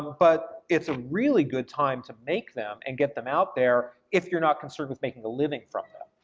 but it's a really good time to make them and get them out there if you're not concerned with making a living from them.